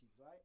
right